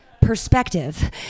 perspective